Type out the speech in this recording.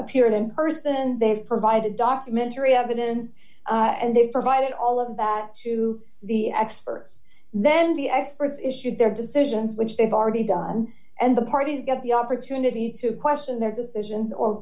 appeared in perth and they've provided documentary evidence and they've provided eight all of that to the experts then the experts issued their decisions which they've already done and the parties get the opportunity to question their decisions or